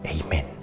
Amen